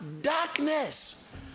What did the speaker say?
darkness